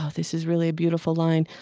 ah this is really a beautiful line,